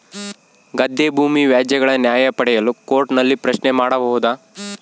ಗದ್ದೆ ಭೂಮಿ ವ್ಯಾಜ್ಯಗಳ ನ್ಯಾಯ ಪಡೆಯಲು ಕೋರ್ಟ್ ನಲ್ಲಿ ಪ್ರಶ್ನೆ ಮಾಡಬಹುದಾ?